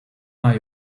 are